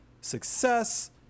success